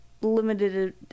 limited